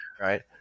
right